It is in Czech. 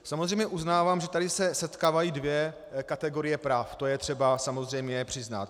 Samozřejmě uznávám, že tady se setkávají dvě kategorie práv, to je třeba samozřejmě přiznat.